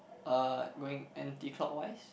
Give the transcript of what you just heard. uh going anti clockwise